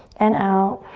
and out.